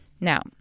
Now